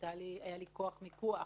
שהיה לי כוח מיקוח